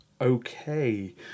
Okay